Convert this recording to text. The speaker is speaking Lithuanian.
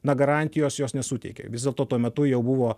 na garantijos jos nesuteikė vis dėlto tuo metu jau buvo